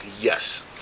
Yes